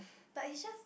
but it's just